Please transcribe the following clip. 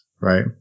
right